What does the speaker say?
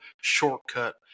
shortcut